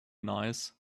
nice